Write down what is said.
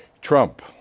trump.